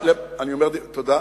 תודה.